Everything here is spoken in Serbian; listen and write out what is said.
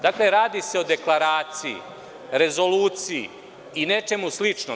Dakle, radi se o deklaraciji, rezoluciji i nečemu sličnom.